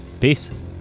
Peace